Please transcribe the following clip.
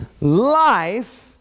life